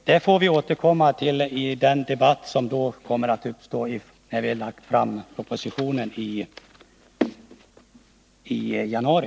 Vi får återkomma till detta i den debatt som följer då propositionen lagts fram i januari.